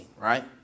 right